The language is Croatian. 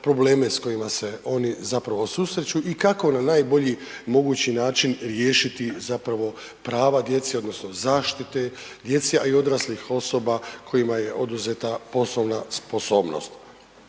probleme s kojima se oni zapravo susreću i kako na najbolji mogući način riješiti zapravo prava djece odnosno zaštite djece, a i odraslih osoba kojima je oduzeta poslovna sposobnost.